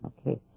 Okay